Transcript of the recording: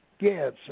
Yes